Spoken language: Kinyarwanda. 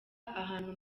abantu